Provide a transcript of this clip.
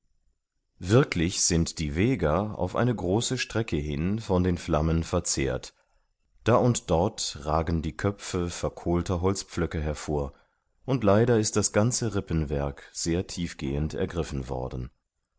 wirklich sind die weger auf eine große strecke hin von den flammen verzehrt da und dort ragen die köpfe verkohlter holzpflöcke hervor und leider ist das ganze rippenwerk sehr tiefgehend ergriffen worden